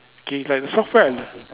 K like the software